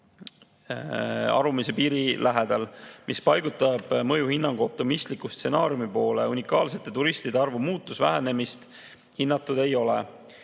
alumise piiri lähedal, mis paigutab mõjuhinnangu optimistliku stsenaariumi poole. Unikaalsete turistide arvu muutust või vähenemist hinnatud ei ole.